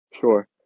sure